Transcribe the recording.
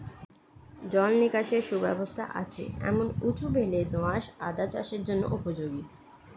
জল নিকাশের সুব্যবস্থা আছে এমন উঁচু বেলে দোআঁশ আদা চাষের জন্য উপযোগী